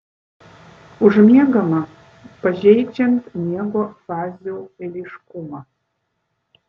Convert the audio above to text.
užmiegama pažeidžiant miego fazių eiliškumą